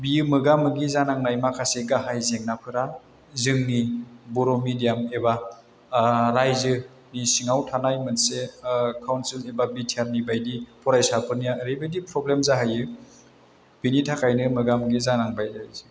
बियो मोगा मोगि जानांनाय माखासे गाहाइ जेंनाफोरा जोंनि बर' मेडियाम एबा रायजोनि सिङाव थानाय मोनसे काउन्सिल एबा बिटिआरनि बायदि फरायसाफोरनिया ओरैबायदि प्रब्लेम जाहैयो बिनि थाखायनो मोगा मोगि जानांबाय ओरैसै